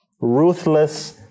ruthless